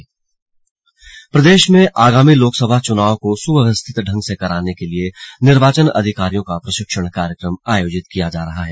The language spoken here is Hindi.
स्लग प्रशिक्षण कार्यक्रम प्रदेश में आगामी लोकसभा चुनाव को सुव्यवस्थित ढंग से कराने के लिए निर्वाचन अधिकारियों का प्रशिक्षण कार्यक्रम आयोजित किया जा रहा है